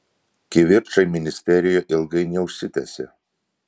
kivirčai ministerijoje ilgai neužsitęsė